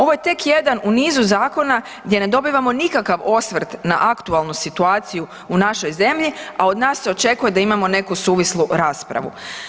Ovo je tek jedan u nizu zakona gdje ne dobivamo nikakav osvrt na aktualnu situaciju u našoj zemlji, a od nas se očekuje da imamo neku suvislu raspravu.